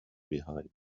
behind